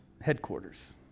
headquarters